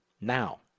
now